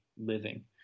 living